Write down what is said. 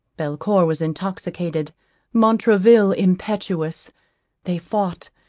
belcour was intoxicated montraville impetuous they fought,